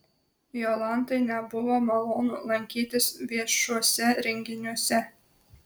jolantai nebuvo malonu lankytis viešuose renginiuose